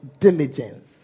diligence